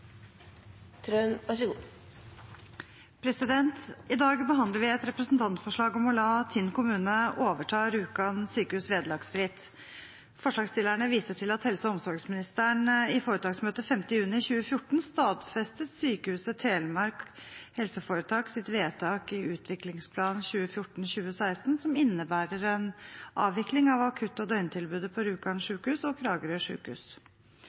Trøen får ordet på vegne av sakens ordfører, Kristin Ørmen Johnsen. I dag behandler vi et representantforslag om å la Tinn kommune overta Rjukan sykehus vederlagsfritt. Forslagsstillerne viser til at helse- og omsorgsministeren i foretaksmøte 5. juni 2014 stadfestet Sykehuset Telemark HFs vedtak i utviklingsplan 2014–2016, som innebærer en avvikling av akutt- og døgntilbudet på Rjukan sykehus og